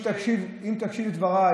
אם תקשיב לדבריי,